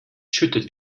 schüttet